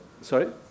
Sorry